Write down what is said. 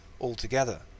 altogether